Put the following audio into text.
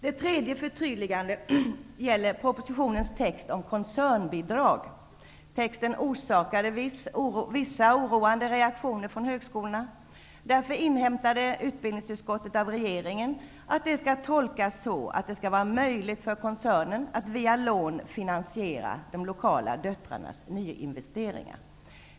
Det tredje förtydligandet gäller propositionens text om koncernbidrag. Texten förorsakade vissa oroande reaktioner från högskolorna. Därför inhämtade utbildningsutskottet av regeringen att det skall tolkas så, att det skall vara möjligt för koncerner att t.ex. via lån finansiera de lokala dotterbolagens nyinvesteringar.